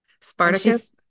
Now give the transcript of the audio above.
Spartacus